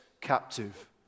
captive